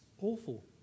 awful